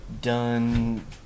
done